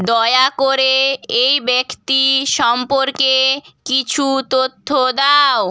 দয়া করে এই ব্যক্তি সম্পর্কে কিছু তথ্য দাও